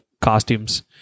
costumes